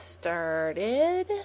started